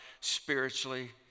spiritually